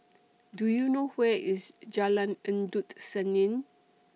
Do YOU know Where IS Jalan Endut Senin